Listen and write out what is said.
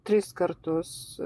tris kartus